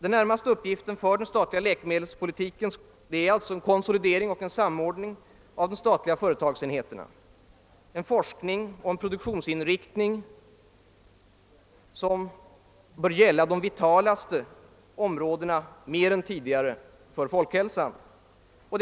Den närmaste uppgiften för den statliga läkemedelspolitiken är således en konsolidering och samordning av de statliga företagsenheterna, en forskningsoch produktionsinriktning som mer än tidigare bör gälla de för folkhälsan vitalaste områdena.